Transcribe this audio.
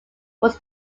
was